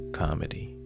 comedy